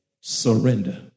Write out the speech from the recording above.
surrender